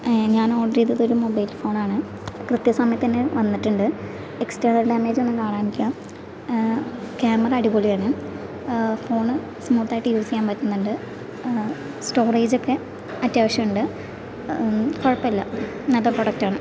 ഞാൻ ഓർഡർ ചെയ്തത് ഒരു മൊബൈൽ ഫോണാണ് കൃത്യ സമയത്ത് തന്നെ വന്നിട്ടുണ്ട് എക്സ്റ്റേണൽ ഡാമേജൊന്നും കാണാനില്ല ക്യാമറ അടിപൊളിയാണ് ഫോണ് സ്മൂത്തായിട്ട് യൂസ് ചെയ്യാൻ പറ്റുന്നുണ്ട് സ്റ്റോറേജൊക്കെ അത്യാവശ്യണ്ട് കുഴപ്പമില്ല നല്ല പ്രൊഡക്റ്റാണ്